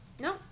no